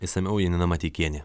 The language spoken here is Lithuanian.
išsamiau janina mateikienė